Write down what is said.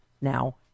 now